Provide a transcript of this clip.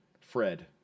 Fred